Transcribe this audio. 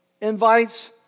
invites